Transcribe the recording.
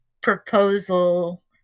proposal